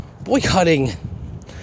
boycotting